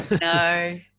no